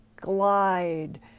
glide